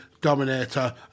Dominator